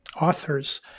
authors